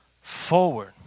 forward